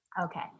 Okay